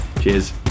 Cheers